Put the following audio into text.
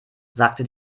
sagte